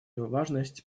важность